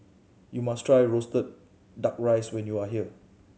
you must try roasted Duck Rice when you are here